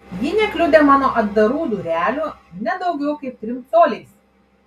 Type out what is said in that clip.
ji nekliudė mano atdarų durelių ne daugiau kaip trim coliais